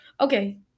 Okay